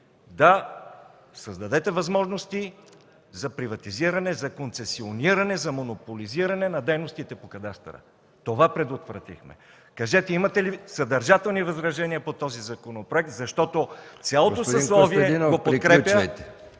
да създадете възможности за приватизиране, за концесиониране, за монополизиране на дейностите по кадастъра. Това предотвратихме! Кажете: имате ли съдържателни възражения по този законопроект, защото цялото съсловие го подкрепя